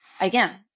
Again